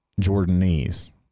Jordanese